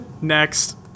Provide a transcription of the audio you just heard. Next